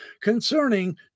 concerning